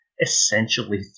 essentially